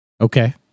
Okay